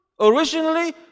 originally